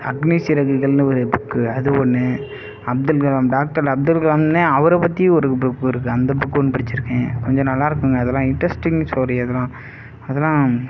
அக்னிசிறகுகள்னு ஒரு புக்கு அது ஒன்று அப்துல்கலாம் டாக்டர் அப்துல்கலாம்னே அவரை பற்றியே ஒரு புக்கு இருக்குது அந்த புக்கு ஒன்று படித்திருக்கேன் கொஞ்சம் நல்லா இருக்குங்க அதெல்லாம் இன்ட்ரெஸ்டிங் ஸ்டோரி அதெல்லாம்